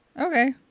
Okay